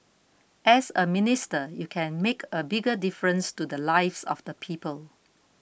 as a minister you can make a bigger difference to the lives of the people